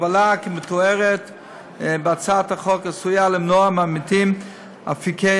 הגבלה כמתואר בהצעת החוק עשויה למנוע מהעמיתים אפיקי